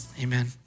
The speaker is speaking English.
Amen